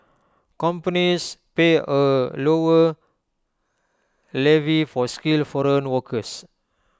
companies pay A lower levy for skilled foreign workers